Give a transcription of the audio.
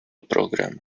program